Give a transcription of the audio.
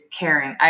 caring